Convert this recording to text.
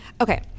Okay